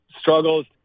struggles